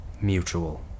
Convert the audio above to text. Mutual